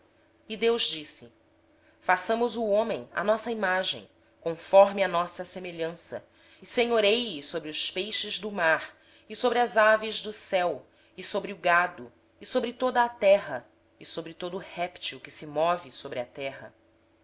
disse deus façamos o homem à nossa imagem conforme a nossa semelhança domine ele sobre os peixes do mar sobre as aves do céu sobre os animais domésticos e sobre toda a terra e sobre todo réptil que se arrasta sobre a terra